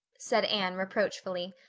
said anne reproachfully.